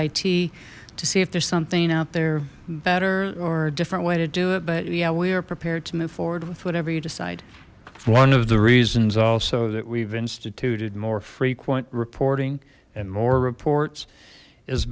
it to see if there's something out there better or a different way to do it but yeah we are prepared to move forward with whatever you decide one of the reasons also that we've instituted more frequent reporting and more reports is